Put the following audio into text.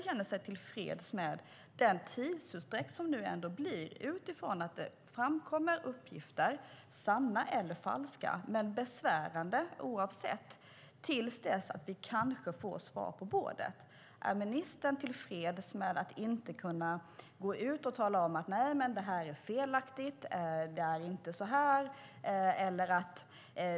Känner sig ministern tillfreds med den tidsutdräkt som det nu blir, utifrån att det framkommer uppgifter, sanna eller falska men besvärande, till dess att vi kanske får svar på bordet? Är ministern tillfreds med att inte kunna gå ut och tala om att det här är felaktigt, att det inte är så här?